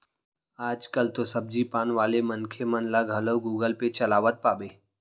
आज कल तो सब्जी पान वाले मनखे मन ल घलौ गुगल पे चलावत पाबे